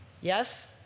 Yes